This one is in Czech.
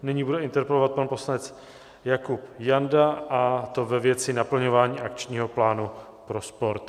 Nyní bude interpelovat pan poslanec Jakub Janda, a to ve věci naplňování akčního plánu pro sport.